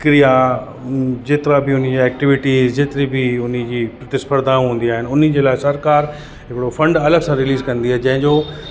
कृया जेतिरा बि उन जा एक्टिविटी जेतिरी बि उन जी प्रतिस्पर्धाऊं हूंदियूं आहिनि उन जे लाइ सरकारु हिकिड़ो फंड अलॻि सां रिलीज़ कंदी आहे जंहिंजो